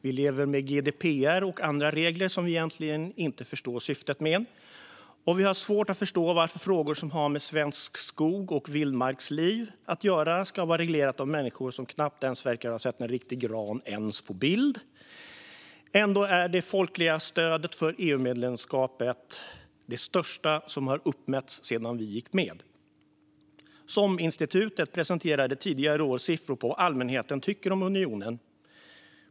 Vi lever med GDPR och andra regler som vi egentligen inte förstår syftet med. Och vi har svårt att förstå varför frågor som har med svensk skog och svenskt vildmarksliv att göra ska vara reglerat av människor som knappt verkar ha sett en riktig gran ens på bild. Ändå är det folkliga stödet för EU-medlemskapet det största som har uppmätts sedan Sverige gick med. SOM-institutet presenterade tidigare i år siffror på vad allmänheten tycker om unionen.